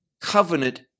covenant